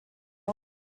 all